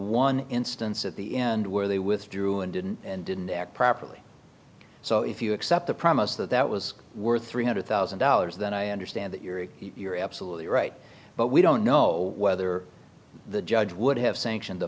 one instance at the end where they withdrew and didn't and didn't act properly so if you accept the promise that that was worth three hundred thousand dollars then i understand that you're you're absolutely right but we don't know whether the judge would have sanctioned